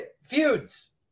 Feuds